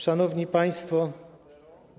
Szanowni Państwo!